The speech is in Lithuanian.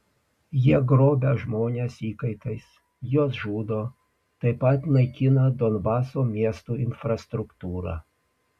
jie grobia žmones įkaitais juos žudo taip pat naikina donbaso miestų infrastruktūrą